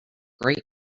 great